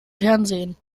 fernsehen